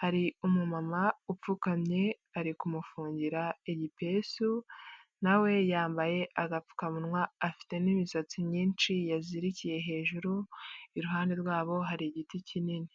hari umumama upfukamye ari kumufungira igipesu nawe yambaye agapfukamunwa, afite n'imisatsi myinshi yazirikiye hejuru, iruhande rwabo hari igiti kinini.